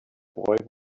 boy